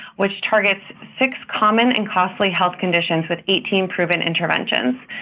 which targets six common and costly health conditions with eighteen proven interventions.